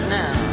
now